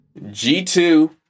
g2